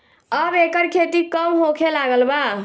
अब एकर खेती कम होखे लागल बा